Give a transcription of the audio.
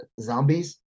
zombies